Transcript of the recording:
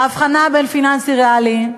ההבחנה בין פיננסי ריאלי: